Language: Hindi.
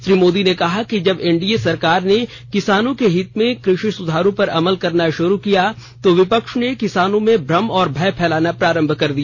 श्री मोदी ने कहा कि जब एनडीए सरकार ने किसानों के हित में कृषि सुधारों पर अमल करना शुरू किया तो विपक्ष किसानों में भ्रम और भय फैलाना प्रारंभ कर दिया